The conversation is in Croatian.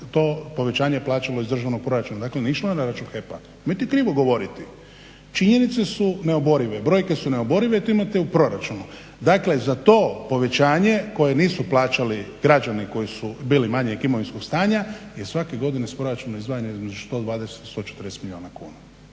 to povećanje plaćalo iz državnog proračuna. Dakle nije išlo na račun HEP-a, nemojte krivo govoriti. Činjenice su neoborive, brojke su neoborive i to imate u proračunu. Dakle za to povećanje koje nisu plaćali građani koji su bili manjeg imovinskog stanja … svake godine iz proračuna izdvajanja između 120 i 140 milijuna kuna.